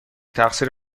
تقصیر